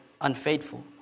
unfaithful